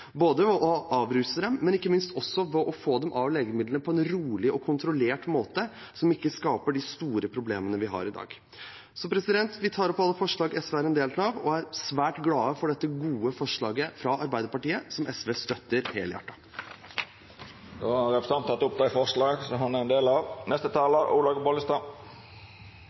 både å avruse dem og ikke minst å få dem av legemiddelet på en rolig og kontrollert måte, som ikke skaper de store problemene vi har i dag. Vi er svært glade for dette gode forslaget fra Arbeiderpartiet, som SV støtter helhjertet. Det er behov for en ny nasjonal overdosestrategi, og